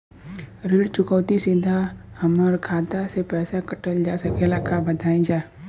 ऋण चुकौती सीधा हमार खाता से पैसा कटल जा सकेला का बताई जा?